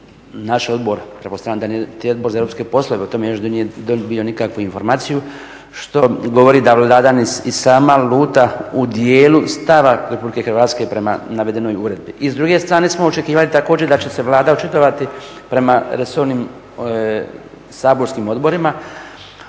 naš odbor pretpostavljam da niti Odbor za europske poslove o tome još nije dobio nikakvu informaciju što govori da Vlada i sama luta u dijelu stava RH prema navedenoj uredbi. I s druge strane smo očekivali također da će se Vlada očitovati prema saborskim odborima